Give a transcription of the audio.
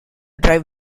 drive